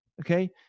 Okay